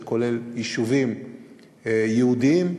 זה כולל יישובים יהודיים,